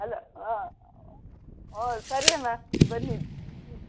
ಅಲ್ಲ ಆಂ ಹ್ಞೂ ಸರಿ ಅಮ್ಮ ಬನ್ನಿ ಹ್ಞೂ